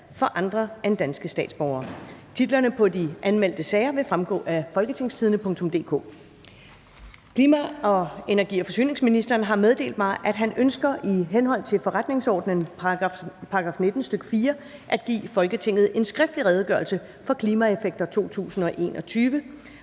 for andre end danske statsborgere). Titlerne på de anmeldte sager vil fremgå af www.folketingstidende.dk (jf. ovenfor). Klima-, energi- og forsyningsministeren (Dan Jørgensen) har meddelt mig, at han ønsker i henhold til forretningsordenens § 19, stk. 4, at give Folketinget en skriftlig Redegørelse for klimaeffekter 2021.